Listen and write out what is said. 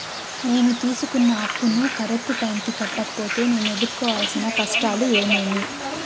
నేను తీసుకున్న అప్పును కరెక్టు టైముకి కట్టకపోతే నేను ఎదురుకోవాల్సిన కష్టాలు ఏమీమి?